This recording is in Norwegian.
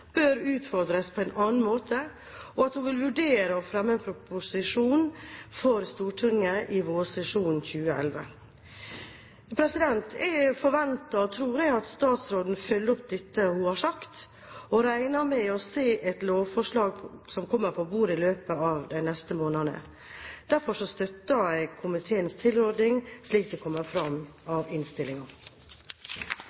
bør utformes på en annen måte», og at hun vil vurdere å fremme en proposisjon for Stortinget i vårsesjonen 2011. Jeg forventer – og tror – at statsråden følger opp det hun har sagt, og regner med å se et lovforslag på bordet i løpet av de neste månedene. Jeg støtter derfor komiteens tilråding, slik det kommer fram